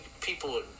people